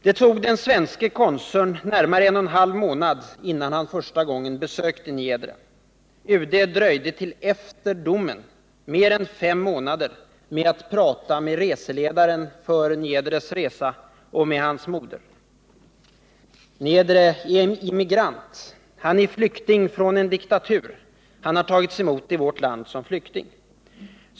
Det tog den svenske konsuln närmare en och en halv månad innan han första gången besökte Niedre. UD dröjde till efter domen — mer än fem månader — med att tala med ledaren för Niedres resegrupp och med hans moder. Niedre är en immigrant. Han är en flykting från en diktatur. Han har tagits emot i vårt land som flykting.